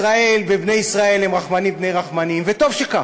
ישראל ובני ישראל הם רחמנים בני רחמנים, וטוב שכך.